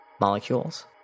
molecules